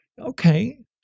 Okay